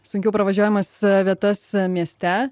sunkiau pravažiuojamas vietas mieste